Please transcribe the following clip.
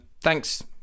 Thanks